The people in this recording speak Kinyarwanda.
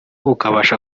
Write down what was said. ukabasha